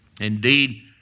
Indeed